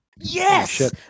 yes